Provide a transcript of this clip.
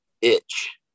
itch